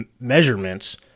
measurements